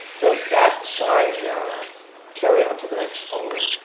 does that sign carry on on to the next owner?